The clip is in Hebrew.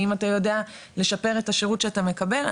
האם אתה יודע לשפר את השירות שאתה מקבל?